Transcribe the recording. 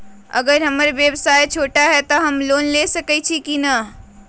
अगर हमर व्यवसाय छोटा है त हम लोन ले सकईछी की न?